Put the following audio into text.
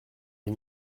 les